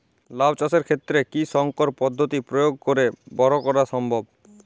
লাও চাষের ক্ষেত্রে কি সংকর পদ্ধতি প্রয়োগ করে বরো করা সম্ভব?